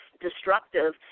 destructive